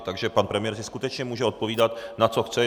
Takže pan premiér si skutečně může odpovídat, na co chce.